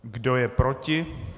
Kdo je proti?